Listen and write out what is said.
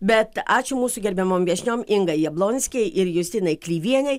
bet ačiū mūsų gerbiamom viešniom ingai jablonskei ir justinai klyvienei